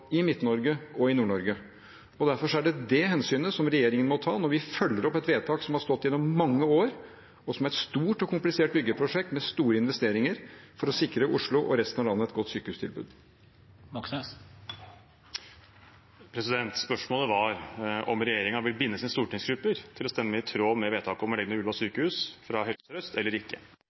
i Midt-Norge og i Nord-Norge. Derfor er det det hensynet regjeringen må ta når vi følger opp et vedtak som har stått gjennom mange år, og som gjelder et stort og komplisert byggeprosjekt med store investeringer for å sikre Oslo og resten av landet et godt sykehustilbud. Det blir oppfølgingsspørsmål – først Bjørnar Moxnes. Spørsmålet var om regjeringen vil binde sine stortingsgrupper til å stemme i tråd med vedtaket fra Helse Sør-Øst om å legge ned Ullevål sykehus eller ikke